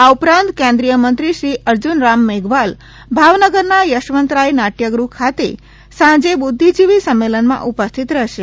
આ ઉપરાંત આ જે કેન્દ્રિયમંત્રી શ્રી અર્જુનરામ મેઘવાલ ભાવનગરના યશવંતરાય નાટ્યગૃહ ખાતે સાંજે બુદ્ધિજીવી સંમેલનમાં ઉપસ્થિત રહેશે